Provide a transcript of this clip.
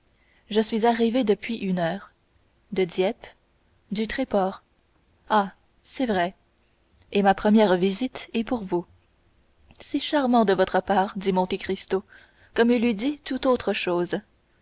je suis arrivé depuis une heure de dieppe du tréport ah c'est vrai et ma première visite est pour vous c'est charmant de votre part dit monte cristo comme il eût dit toute autre chose